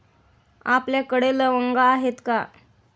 आपल्याकडे लवंगा आहेत का?